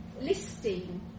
listing